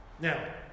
Now